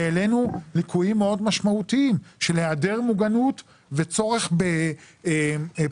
והעלינו ליקויים מאוד משמעותיים של היעדר מוגנות וצורך בפעילות